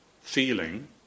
feeling